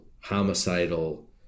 homicidal